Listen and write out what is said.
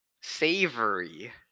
Savory